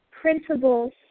principles